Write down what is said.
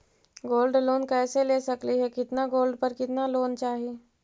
Gold loan कैसे ले सकली हे, कितना गोल्ड पर कितना लोन चाही?